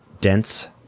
dense